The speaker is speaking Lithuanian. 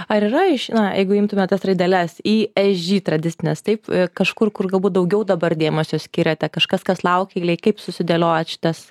ar yra žina jeigu imtume tas raideles i e žy tradicines taip kažkur kur galbūt daugiau dabar dėmesio skiriate kažkas kas laukia eilėj kaip susidėliojat šitas